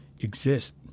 exist